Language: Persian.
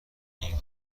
این